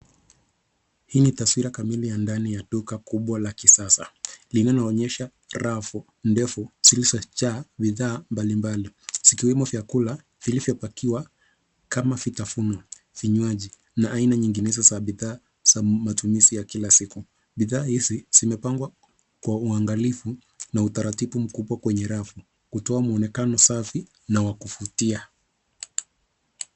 Hii ni taswira kamili ya duka kubwa la kisasa linaloonyesha rafu ndefu zilizojaa bidhaa mbalimbali. Vikiwemo vyakula vilivyopangwa kama vitafuno, vinywaji na aina nyingibezo za bidhaa za matumizi ya kila siku. Bidhaa hizi zimepangwa kwa uangalifu na utaratibu mkubwa kwenye rafu kutoa muonekano safi na wa kuvutia.